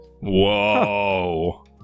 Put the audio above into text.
Whoa